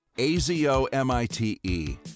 A-Z-O-M-I-T-E